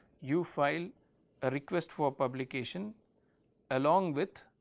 you file a request for publication along with